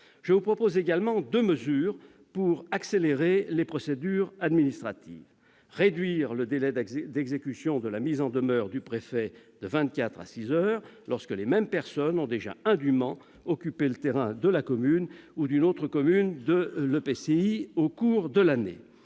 Je vous propose également deux mesures pour accélérer les procédures administratives : d'une part, réduire le délai d'exécution de la mise en demeure du préfet de vingt-quatre à six heures lorsque les mêmes personnes ont déjà indûment occupé le terrain de la commune ou d'une autre commune de l'EPCI au cours de l'année